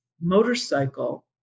motorcycle